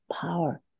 power